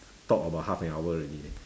talk about half an hour already leh